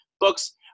books